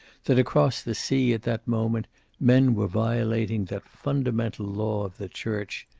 that across the sea at that moment men were violating that fundamental law of the church,